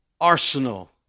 arsenal